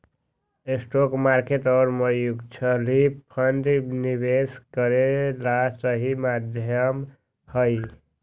stock market और mutual fund निवेश करे ला सही माध्यम हई